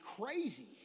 crazy